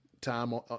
time